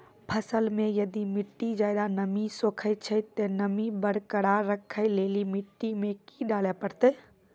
फसल मे यदि मिट्टी ज्यादा नमी सोखे छै ते नमी बरकरार रखे लेली मिट्टी मे की डाले परतै?